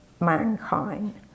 mankind